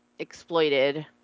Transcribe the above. Exploited